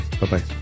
bye-bye